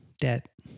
debt